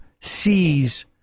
sees